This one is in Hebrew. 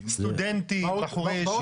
סטודנטים, בחורי ישיבות.